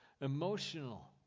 emotional